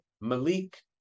Malik